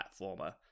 platformer